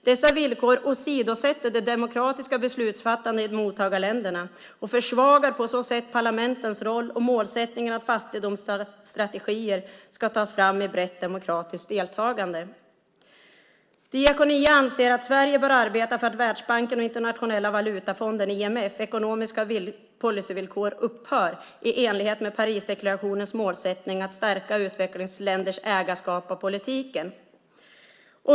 Dessa villkor åsidosätter det demokratiska beslutsfattandet i mottagarländerna och försvagar på så sätt parlamentens roll och målsättningen att fattigdomsstrategier ska tas fram i brett demokratiskt deltagande. Diakonia anser att Sverige bör arbeta för att Världsbankens och Internationella Valutafondens, IMF:s, ekonomiska policyvillkor upphör i enlighet med Parisdeklarationens målsättning att stärka utvecklingsländers ägarskap och politik.